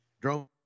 drove